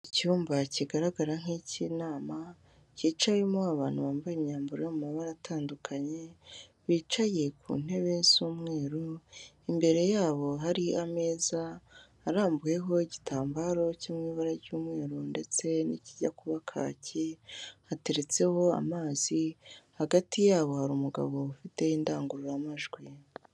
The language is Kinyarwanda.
Icyumba kigaragara nk'ik'inama, kicayemo abantu bambaye imyambaro yo mu mabara atandukanye, bicaye ku ntebe z'umweru, imbere yabo hari ameza arambuyeho igitambaro cyo mu ibara ry'umweru ndetse n'ikijya kuba kaki hateretseho amazi, hagati yabo hari umugabo ufite indangururamajwi.